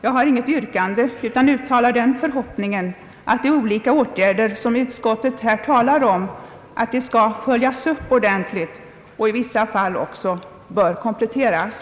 Jag har inget yrkande utan uttalar förhoppningen att de olika åtgärder som utskottet talar om skall följas upp ordentligt och i vissa fall också kompletteras.